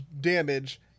damage